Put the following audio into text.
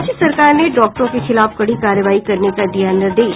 राज्य सरकार ने डॉक्टरों के खिलाफ कड़ी कार्रवाई करने का दिया निर्देश